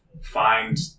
Find